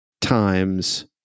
times